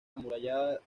amurallada